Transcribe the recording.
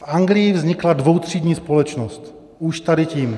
V Anglii vznikla dvoutřídní společnost už tady tím.